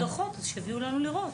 אם מציגים דוחות אז שיביאו לנו לראות.